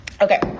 Okay